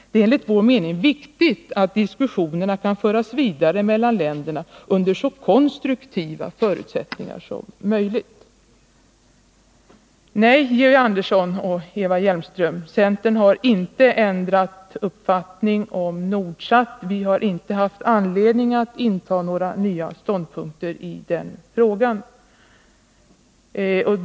Det är enligt vår mening viktigt att diskussionerna kan föras vidare mellan länderna under så konstruktiva förutsättningar som möjligt. Nej, Georg Andersson och Eva Hjelmström, centern har inte ändrat uppfattning om Nordsat. Vi har inte haft anledning att ta några nya ståndpunkter i den frågan.